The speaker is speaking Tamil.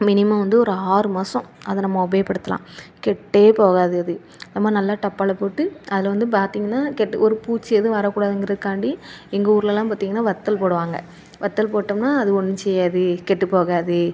மினிமம் வந்து ஒரு ஆறு மாதம் அதை நம்ம உபயோகப்படுத்தலாம் கெட்டே போகாது அது அது மாதிரி நல்ல டப்பாவில் போட்டு அதில் வந்து பார்த்திங்கனா கெட்டு ஒரு பூச்சி எதுவும் வரக்கூடாதுங்றதுக்காண்டி எங்கள் ஊருலெல்லாம் பார்த்திங்கன்னா வத்தல் போடுவாங்க வத்தல் போட்டோம்னா அது ஒன்றுச்செய்யாது கேட்டுப்போகாது